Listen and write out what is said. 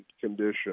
condition